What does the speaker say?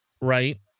right